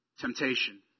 temptation